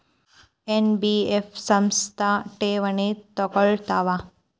NBF ಸಂಸ್ಥಾ ಠೇವಣಿ ತಗೋಳ್ತಾವಾ?